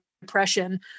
depression